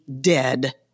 dead